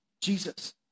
Jesus